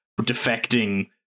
defecting